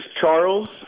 Charles